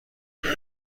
بشه